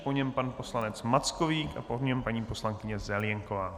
Po něm pan poslanec Mackovík a po něm paní poslankyně Zelienková.